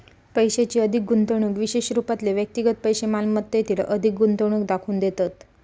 पैशाची अधिक गुंतवणूक विशेष रूपातले व्यक्तिगत पैशै मालमत्तेतील अधिक गुंतवणूक दाखवून देतत